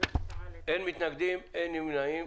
אושרה אין מתנגדים, אין נמנעים.